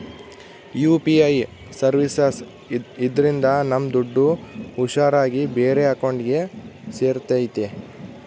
UPI services ಇದ್ರಿಂದ ನಮ್ ದುಡ್ಡು ಹುಷಾರ್ ಆಗಿ ಬೇರೆ ಅಕೌಂಟ್ಗೆ ಸೇರ್ತೈತಿ